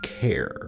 care